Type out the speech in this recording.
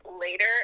later